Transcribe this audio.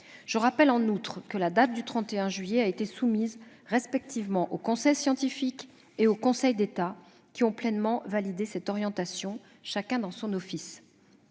Je rappelle en outre que la date du 31 juillet a été soumise respectivement au conseil scientifique et au Conseil d'État, qui ont pleinement validé cette orientation, chacun dans son office.